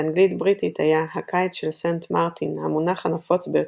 באנגלית בריטית היה "הקיץ של סנט מרטין" המונח הנפוץ ביותר,